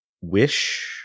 wish